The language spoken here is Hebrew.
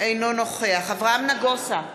אינו נוכח אברהם נגוסה,